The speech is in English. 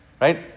Right